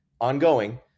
ongoing